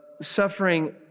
suffering